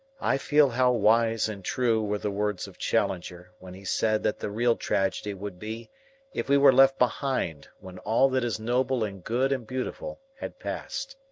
i feel how wise and true were the words of challenger when he said that the real tragedy would be if we were left behind when all that is noble and good and beautiful had passed.